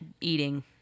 Eating